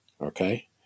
Okay